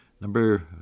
Number